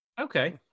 Okay